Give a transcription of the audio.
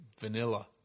Vanilla